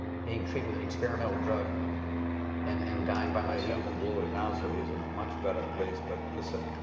being treated with an experimental drug and and dying by myself. he's in glory now, so he's in a much better place, but listen,